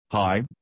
Hi